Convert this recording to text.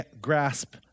grasp